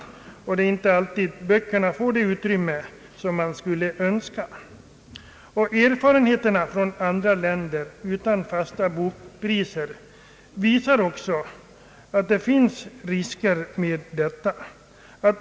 Då får böckerna inte alltid det utrymme som man skulle önska. Erfarenheter från andra länder utan fasta bokpriser visar också att det finns risker med detta.